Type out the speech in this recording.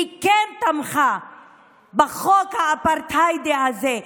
היא כן תמכה בחוק האפרטהיידי הזה,